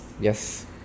yes